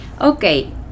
Okay